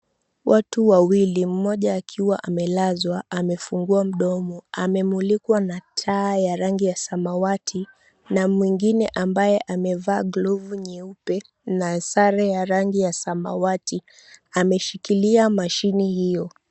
Watu wawili, mmoja akiwa amelazwa, amefungua mdomo, amemulikwa na taa ya rangi ya samawati na mwingine ambaye amevaa glovu nyeupe na sare ya rangi ya samawati, ameshikilia mashine hiyo.